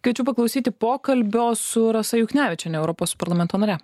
kviečiu paklausyti pokalbio su rasa juknevičiene europos parlamento nare